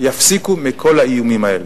יפסיקו את כל האיומים האלה.